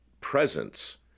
presence